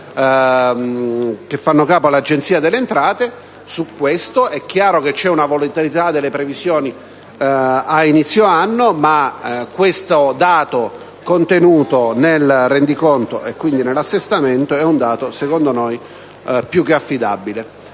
che fanno capo all'Agenzia delle entrate. In merito, è chiaro che si registra una volatilità delle previsioni a inizio anno, ma questo dato contenuto nel rendiconto, e quindi nell'assestamento, è secondo noi più che affidabile.